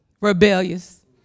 rebellious